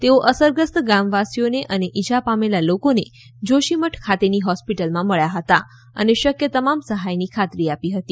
તેઓ અસરગ્રસ્ત ગામવાસીઓને અને ઇજા પામેલા લોકોને જોશીમઠ ખાતેની હોસ્પિટલમાં મળ્યા હતા અને શક્ય તમામ સહાયની ખાતરી આપી હતી